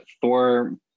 Thor